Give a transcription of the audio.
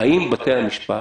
האם בתי המשפט